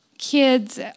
kids